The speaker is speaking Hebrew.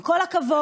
עם כל הכבוד,